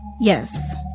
Yes